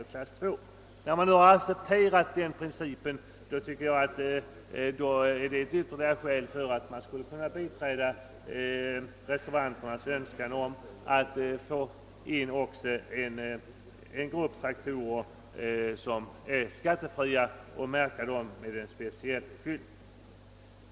Eftersom man accepterat denna princip anser jag detta vara ytterligare: ett skäl för att också biträda reservanternas önskan om att också fastställa en grupp skattefria traktorer och utmärka dessa med en speciell skylt.